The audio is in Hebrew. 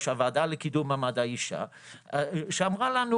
הוועדה לקידום מעמד האישה שאמרה לנו: